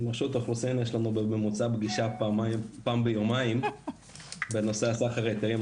עם רשות האוכלוסין יש לנו בממוצע פגישה פעם ביומיים בנושא הסחר בהיתרים.